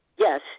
Yes